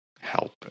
help